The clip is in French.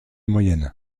moyenne